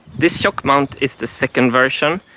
this shockmount is the second version,